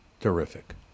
terrific